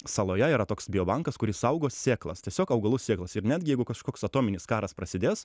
saloje yra toks bio bankas kuris saugo sėklas tiesiog augalų sėklas ir netgi jeigu kažkoks atominis karas prasidės